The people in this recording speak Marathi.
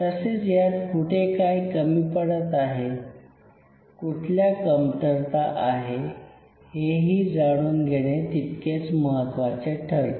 तसेच यात कुठे काय कमी पडत आहे कुठल्या कमतरता आहे हे ही जाणून घेणे तितकेच महत्वाचे ठरते